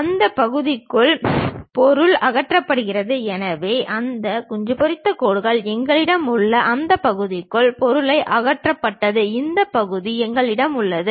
அந்த பகுதிக்குள் பொருள் அகற்றப்படுகிறது எனவே அந்த குஞ்சு பொறித்த கோடுகள் எங்களிடம் உள்ளன அந்த பகுதிக்குள் பொருள் அகற்றப்பட்டது இந்த பகுதி எங்களிடம் உள்ளது